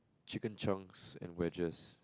chicken chunks and wedges